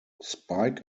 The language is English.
spike